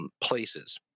places